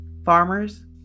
Farmers